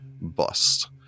bust